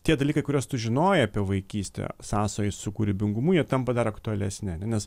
tie dalykai kuriuos tu žinojai apie vaikystę sąsajos su kūrybingumu jie tampa dar aktualesni ane nes